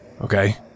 okay